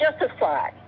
justified